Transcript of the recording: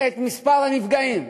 את מספר הנפגעים,